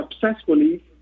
successfully